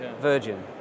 Virgin